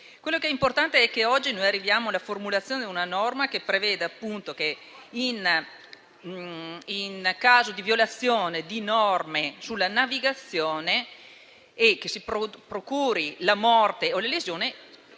Quello che è importante è che oggi arriviamo alla formulazione di una norma che prevede che, in caso di violazione delle norme sulla navigazione o di morte o lesione,